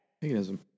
Paganism